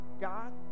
God